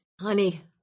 Honey